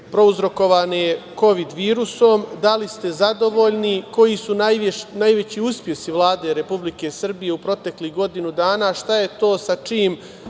prouzrokovane kovid virusom, da li ste zadovoljni? Koji su najveći uspesi Vlade Republike Srbije u proteklih godinu dana? Šta je to sa čim